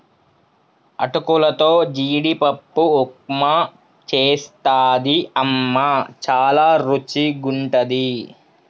అటుకులతో జీడిపప్పు ఉప్మా చేస్తది అమ్మ చాల రుచిగుంటది